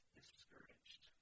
discouraged